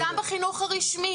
גם בחינוך הרשמי.